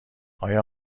آیا